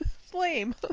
Flame